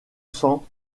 cents